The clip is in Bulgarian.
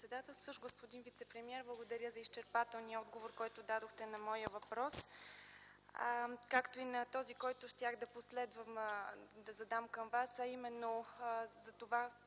благодаря за изчерпателния отговор, който дадохте на моя въпрос, както и на този, който щях да задам към Вас,